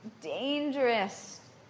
dangerous